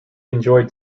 enjoyed